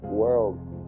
worlds